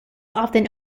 often